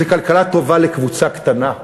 זו כלכלה טובה לקבוצה קטנה.